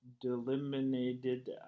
delimited